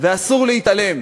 ואסור להתעלם